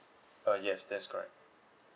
ah yes that's correct